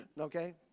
Okay